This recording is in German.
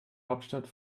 hauptstadt